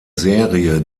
serie